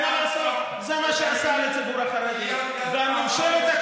אתה לקחת את העיר קריית גת מערב ושפיר והדרת את החרדים.